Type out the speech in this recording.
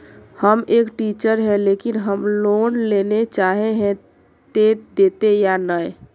हम एक टीचर है लेकिन हम लोन लेले चाहे है ते देते या नय?